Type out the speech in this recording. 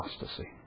apostasy